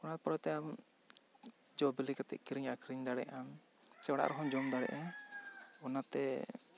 ᱚᱱᱟ ᱯᱚᱨᱮ ᱠᱟᱛᱮ ᱛᱟᱭᱚᱢ ᱡᱚ ᱵᱤᱞᱤ ᱠᱟᱛᱮ ᱮᱢ ᱠᱤᱨᱤᱧ ᱟᱹᱠᱷᱨᱤᱧ ᱫᱟᱲᱮᱭᱟᱜ ᱟᱢ ᱥᱮ ᱚᱲᱟᱜ ᱨᱮᱦᱚᱢ ᱡᱚᱢ ᱫᱟᱲᱮᱭᱟᱜᱼᱟᱢ ᱚᱱᱟᱛᱮ